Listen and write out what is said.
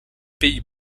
pays